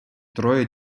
троє